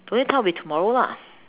the only time will be tomorrow lah